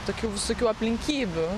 tokių visokių aplinkybių